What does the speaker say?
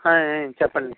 చెప్పండి